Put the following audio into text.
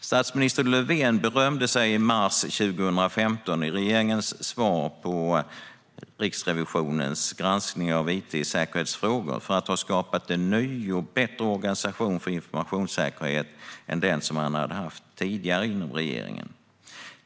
Statsminister Löfven berömde sig i mars 2015, i regeringens svar på Riksrevisionens granskning av it-säkerhetsfrågor, för att ha skapat en ny och bättre organisation för informationssäkerhet än den som han tidigare haft inom regeringen.